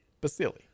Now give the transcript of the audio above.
Basili